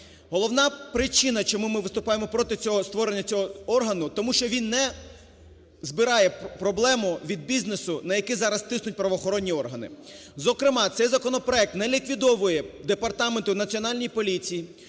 Головна причина, чому ми виступаємо проти створення цього органу, тому що він не збирає проблему від бізнесу, на яких зараз тиснуть правоохоронні органи. Зокрема, цей законопроект не ліквідовує департамент в Національній поліції,